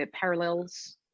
parallels